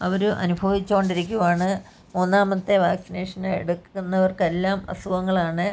അവർ അനുഭവിച്ചുകൊണ്ടിരിക്കുകയാണ് മൂന്നാമത്തെ വാക്സിനേഷൻ എടുക്കുന്നവർക്കെല്ലാം അസുഖങ്ങളാണ്